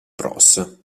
bros